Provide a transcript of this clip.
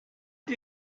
did